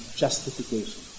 justification